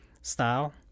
style